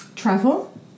travel